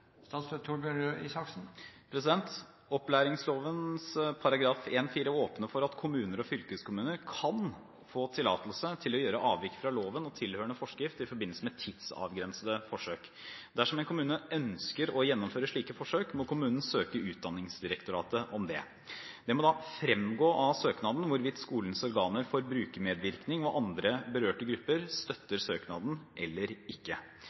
åpner for at kommuner og fylkeskommuner kan få tillatelse til å gjøre avvik fra loven og tilhørende forskrift i forbindelse med tidsavgrensede forsøk. Dersom en kommune ønsker å gjennomføre slike forsøk, må kommunen søke Utdanningsdirektoratet om det. Det må da fremgå av søknaden hvorvidt skolens organer for brukermedvirkning og andre berørte grupper støtter søknaden eller ikke.